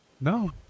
No